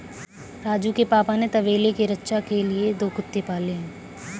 राजू के पापा ने तबेले के रक्षा के लिए दो कुत्ते पाले हैं